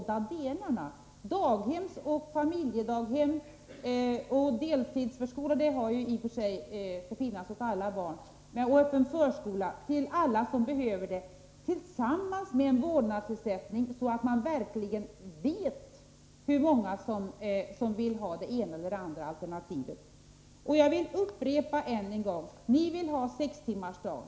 Det måste finnas daghem, familjedaghem, deltidsförskola — det sistnämnda skall ju i och för sig finnas för alla barn — och öppen förskola till alla som behöver det tillsammans med en vårdnadsersättning, så att man verkligen får veta hur många som vill ha det ena eller det andra alternativet. Marie-Ann Johansson säger att vpk vill ha sex timmars arbetsdag.